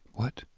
what?